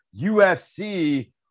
UFC